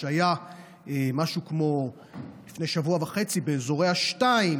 שהיה לפני שבוע וחצי באזורי ה-2,